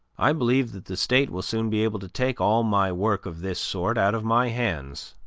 i believe that the state will soon be able to take all my work of this sort out of my hands,